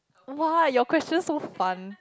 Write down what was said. !wah! your question so fun